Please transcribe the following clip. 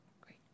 Great